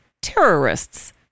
terrorists